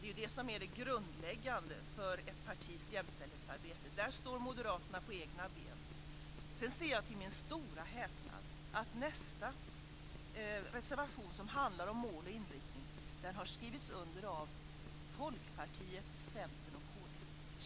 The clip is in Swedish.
Det är ju det som är det grundläggande för ett partis jämställdhetsarbete, och där står Moderaterna på egna ben. Sedan ser jag till min stora häpnad att nästa reservation som handlar om mål och inriktning har skrivits under av Folkpartiet, Centern och kd.